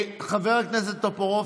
בחרתם טיבי,